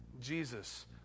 Jesus